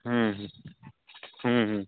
ह्म्म ह्म्म ह्म्म